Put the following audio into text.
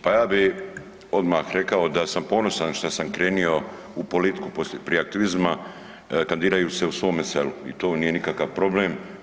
Pa ja bih odmah rekao da sam ponosan što sam krenuo u politiku prije aktivizma kandidirajući se u svome selu i to nije nikakav problem.